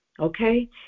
Okay